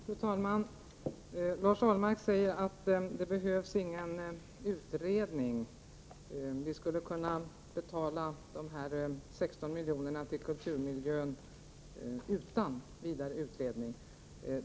Fru talman! Lars Ahlmark säger att det inte behövs någon utredning utan att de 16 miljonerna till kulturmiljön skulle kunna betalas ändå.